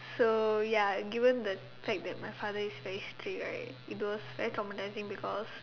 so ya given the fact that my father is very strict right it was very traumatising because